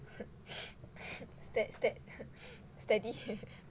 ste~ ste~ steady